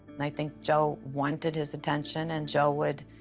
and i think joe wanted his attention, and joe would,